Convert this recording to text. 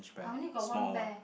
I only got one bear